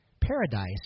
Paradise